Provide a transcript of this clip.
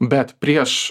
bet prieš